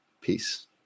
peace